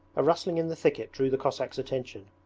a rustling in the thicket drew the cossack's attention.